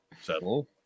settle